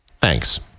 Thanks